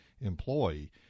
employee